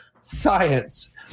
Science